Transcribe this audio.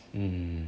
mmhmm